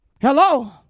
hello